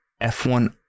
f1